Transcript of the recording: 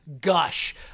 gush